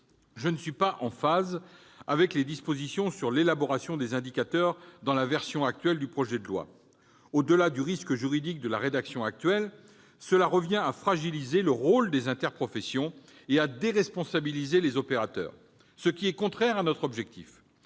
je ne suis pas en phase avec les dispositions sur l'élaboration des indicateurs dans la version actuelle du projet de loi. Au-delà du risque juridique de la rédaction actuelle, cela revient à fragiliser le rôle des interprofessions et à déresponsabiliser les opérateurs, ce qui est contraire à notre objectif.